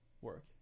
work